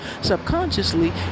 subconsciously